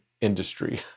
industry